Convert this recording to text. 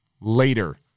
later